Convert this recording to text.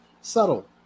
Subtle